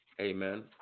Amen